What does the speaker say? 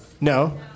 No